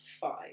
five